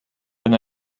wenn